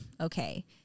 okay